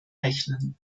rechnen